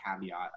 caveat